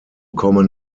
kommen